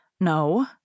No